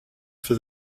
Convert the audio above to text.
for